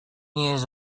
years